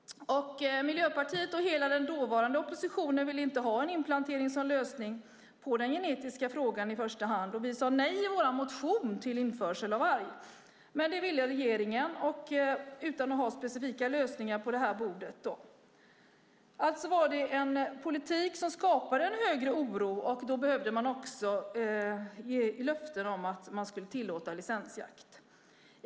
Miljöpartiet och hela den dåvarande oppositionen ville inte ha inplantering som lösning på den genetiska frågan i första hand. Vi sade i vår motion nej till införsel av varg. Men det ville regeringen, utan att ha specifika lösningar på det här bordet. Alltså var det en politik som skapade en större oro, och då behövde man också ge löften om att man skulle tillåta licensjakt.